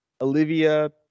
Olivia